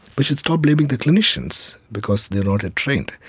but should stop blaming the clinicians because they are not ah trained.